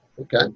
Okay